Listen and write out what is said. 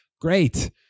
Great